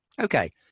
okay